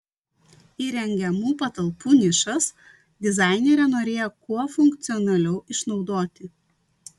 įrengiamų patalpų nišas dizainerė norėjo kuo funkcionaliau išnaudoti